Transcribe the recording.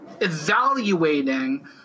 evaluating